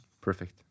perfect